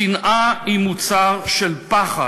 השנאה היא מוצר של פחד,